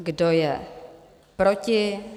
Kdo je proti?